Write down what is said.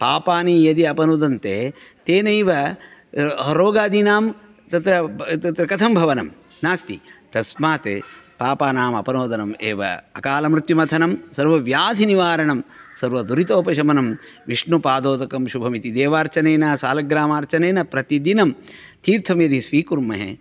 पापानि यदि अपनुदन्ते तेनैव रोगादीनां तत्र तत्र कथं भवनं नास्ति तस्मात् पापानाम् अपनोदनम् एव अकालमृत्युमथनं सर्वव्याधिनिवारणं सर्वदुरितोपशमनं विष्णुपादोदकं शुभम् इति देवार्चचेन शालग्रामार्चनेन प्रतिदिनं तीर्थं यदि स्वीकुर्महे